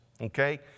okay